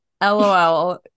lol